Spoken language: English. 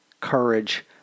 courage